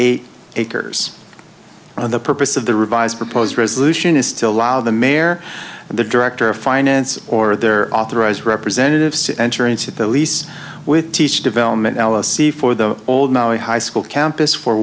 on the purpose of the revised proposed resolution is still allow the mayor and the director of finance or their authorized representatives to enter into the lease with teach development alice c for the all now high school campus for